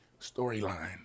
Storyline